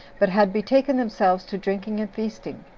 but had betaken themselves to drinking and feasting